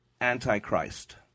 antichrist